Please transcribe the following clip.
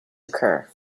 occur